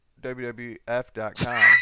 WWF.com